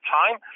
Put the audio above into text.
time